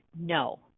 No